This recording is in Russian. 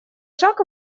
шаг